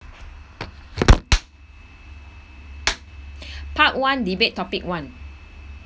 part one debate topic one